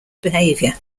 behavior